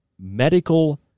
medical